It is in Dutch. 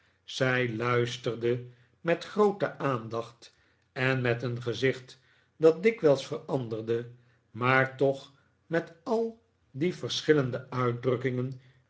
zij luisterde met groote aandacht en met een gezicht dat dikwijls veranderde maar toch met al die verschillende uitdrukkingen